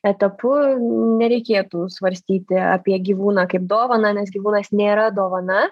etapu nereikėtų svarstyti apie gyvūną kaip dovaną nes gyvūnas nėra dovana